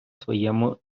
своєму